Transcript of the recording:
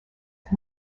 and